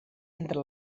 entre